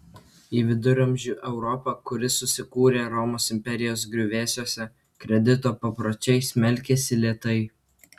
į viduramžių europą kuri susikūrė romos imperijos griuvėsiuose kredito papročiai smelkėsi lėtai